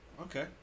Okay